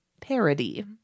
parody